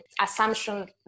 assumption